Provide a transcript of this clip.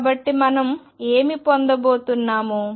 కాబట్టి మనం ఏమి పొందుతున్నాము